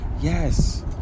Yes